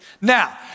Now